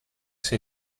sei